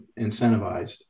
incentivized